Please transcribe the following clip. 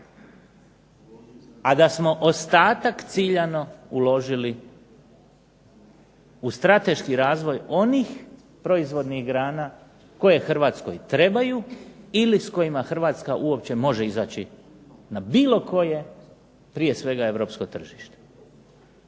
a da smo ostatak ciljano uložili u strateški razvoj onih proizvodnih grana koje Hrvatskoj trebaju ili s kojima Hrvatska uopće može izaći na bilo koje prije svega europsko tržište.